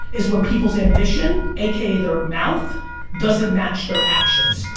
is when people's ambition, aka their mouth doesn't match their actions.